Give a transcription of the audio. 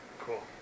cool